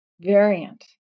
variant